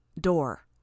Door